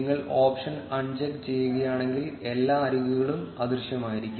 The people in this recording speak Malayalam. നിങ്ങൾ ഓപ്ഷൻ അൺചെക്ക് ചെയ്യുകയാണെങ്കിൽ എല്ലാ അരികുകളും അദൃശ്യമായിരിക്കും